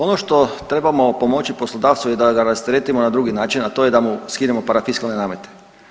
Ono što trebamo pomoći poslodavcu je da ga rasteretimo na drugi način, a to je da mu skinemo parafiskalne namete.